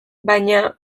baina